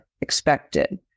expected